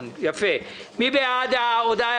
מי בעד אישור ההודעה?